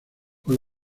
con